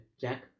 Jack